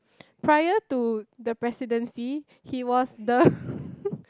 prior to the presidency he was the